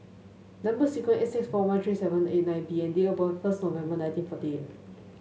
number sequence S six four one three seven eight nine B and date of birth first November nineteen forty eight